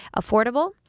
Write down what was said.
affordable